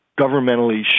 governmentally